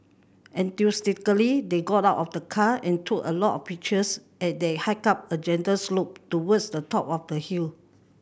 enthusiastically they got out of the car and took a lot of pictures as they hiked up a gentle slope towards the top of the hill